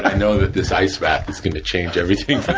know that this ice bath is gonna change everything